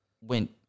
went